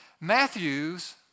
Matthew's